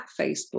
Facebook